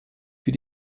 für